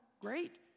great